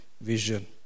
vision